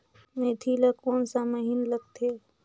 मेंथी ला कोन सा महीन लगथे?